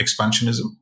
expansionism